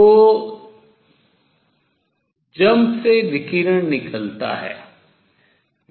तो jump छलांग से विकिरण निकलता है